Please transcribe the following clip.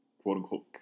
quote-unquote